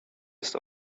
ist